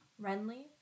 Renly